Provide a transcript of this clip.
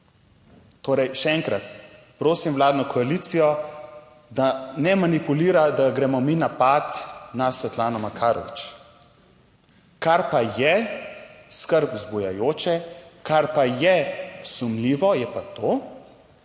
Torej, še enkrat, prosim vladno koalicijo, da ne manipulira, da gremo mi napad na Svetlano Makarovič. Kar pa je skrb vzbujajoče, kar pa je sumljivo, je pa to,